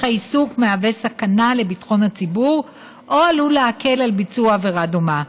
העיסוק מהווה סכנה לביטחון הציבור או עלול להקל על ביצוע עבירה דומה.